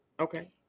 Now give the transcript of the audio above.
Okay